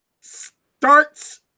starts